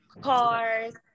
cars